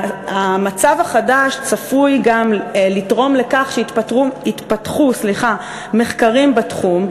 המצב החדש צפוי גם לתרום לכך שיתפתחו מחקרים בתחום,